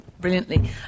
brilliantly